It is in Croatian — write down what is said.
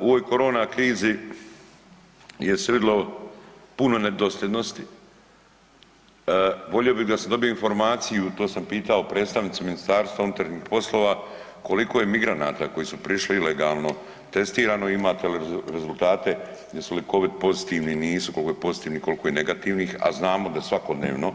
U ovoj korona krizi je se vidlo puno nedosljednosti, volio bi da sam dobio informaciju to sam pitao predstavnicu MUP-a koliko je migranata koji su prišli ilegalno testirano imate li rezultate jesu li Covid pozitivni ili nisu, koliko je pozitivnih, koliko je negativnih, a znamo da svakodnevno